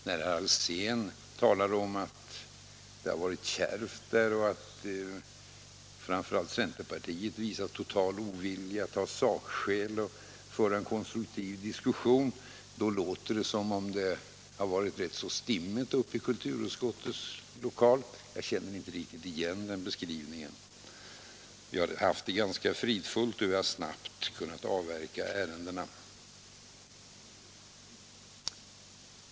När herr Alsén talar om att det varit kärvt där och att framför allt centerpartiet visat total ovilja att ta sakskäl och föra en konstruktiv diskussion, låter det som om det hade varit rätt så stimmigt uppe i kulturutskottets lokal. Jag känner inte riktigt igen mig i den beskrivningen. Vi har haft det ganska fridfullt och har snabbt kunnat avverka ärendena.